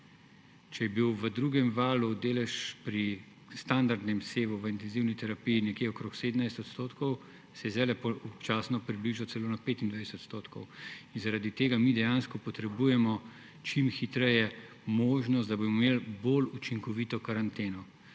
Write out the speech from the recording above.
Če je bil v drugem valu delež pri standardnem sevu v intenzivni terapiji nekje 17 %, se je zdaj občasno približal celo na 25 %. In zaradi tega mi dejansko potrebujemo čim hitreje možnost, da bomo imeli bolj učinkovito karanteno,